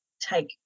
take